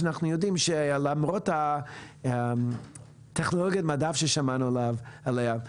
אנחנו יודעים שלמרות טכנולוגיות המדף ששמענו עליהן,